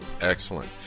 Excellent